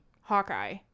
Hawkeye